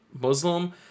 Muslim